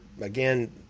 again